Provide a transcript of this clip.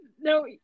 no